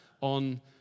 on